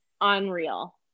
Unreal